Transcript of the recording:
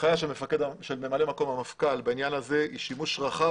ההנחיה של ממלא מקום המפכ"ל בעניין הזה היא שימוש רחב